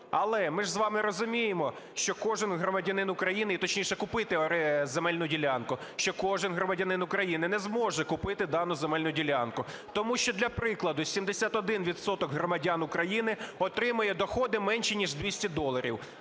Але ми ж вами розуміємо, що кожен громадянин України… Точніше, купити земельну ділянку. Що кожен громадянин України не зможе купити дану земельні ділянку, тому що, для прикладу, 71 відсоток громадян України отримує доходи менші, ніж 200 доларів.